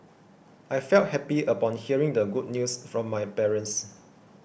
I felt happy upon hearing the good news from my parents